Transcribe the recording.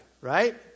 right